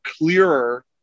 clearer